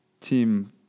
team